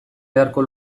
beharko